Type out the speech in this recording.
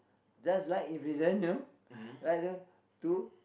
just like in prison you know like to